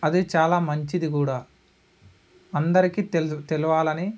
అది చాలా మంచిది కూడా అందరికీ తెలు తెలియాలని